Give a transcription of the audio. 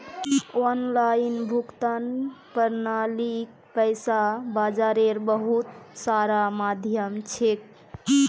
online भुगतान प्रणालीक पैसा बाजारेर बहुत सारा माध्यम छेक